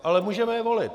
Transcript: Ale můžeme je volit.